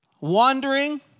wandering